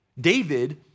David